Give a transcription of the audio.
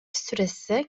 süresi